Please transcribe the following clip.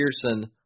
Pearson